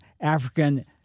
African